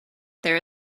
there